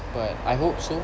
but I hope so